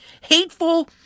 hateful